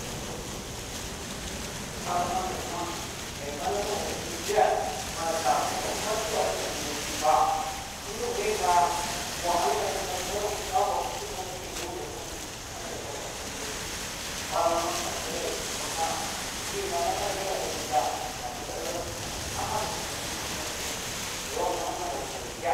Riɓ riɓ riɓ riɓ riɓ malama ngas ma ay malama a zhigil skè ata yaw ma skwa tgi ngay bi ba, k'ndo mi ba, wahal ngay tngas madok a vak chivid mana ka dèw da sabi a kada hèsh skwin ndi ya sabi, malama nkalkada zhigil maka, ki malama kiya gwaliga gada dok ka hasa skwin ndi tuhud ngasa sabi yaw man ma'ndal ngaya zhè,